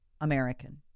American